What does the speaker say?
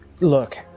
Look